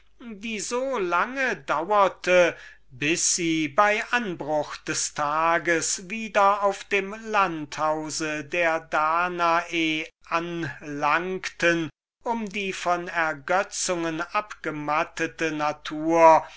welche so lange dauerte bis sie bei anbruche des tages wieder auf dem landhause der danae anlangten um die von ergötzungen abgemattete natur